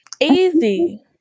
Easy